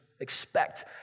expect